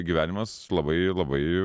gyvenimas labai labai